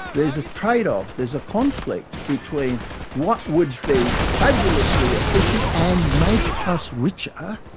there's a trade-off, there's a conflict between what would be fabulously efficient and make us richer,